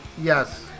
Yes